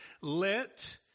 Let